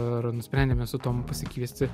ir nusprendėme su tomu pasikviesti